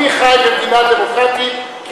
אתה אולי חושב את זה.